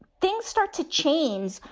things start to chains.